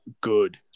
good